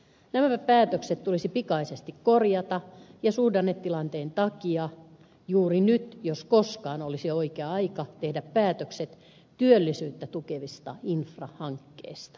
nämä päätökset tulisi pikaisesti korjata ja suhdannetilanteen takia juuri nyt jos koskaan olisi oikea aika tehdä päätökset työllisyyttä tukevista infrahankkeista